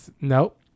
Nope